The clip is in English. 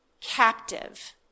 captive